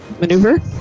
maneuver